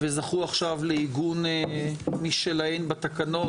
וזכו עכשיו לעיגון משלהן בתקנות,